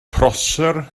prosser